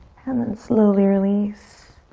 and then slowly release.